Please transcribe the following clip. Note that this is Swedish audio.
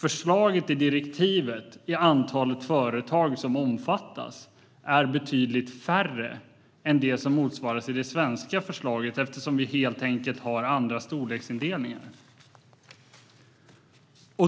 att antalet företag som föreslås omfattas av direktivet är betydligt mindre än i det motsvarande svenska förslaget eftersom vi helt enkelt har andra storleksindelningar.